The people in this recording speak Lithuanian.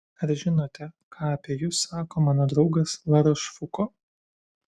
ar žinote ką apie jus sako mano draugas larošfuko